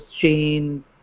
chain